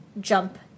jump